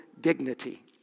dignity